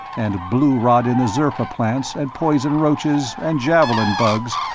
and blue-rot in the zerfa plants, and poison roaches, and javelin bugs,